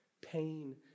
Pain